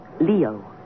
Leo